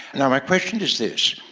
and my question is this,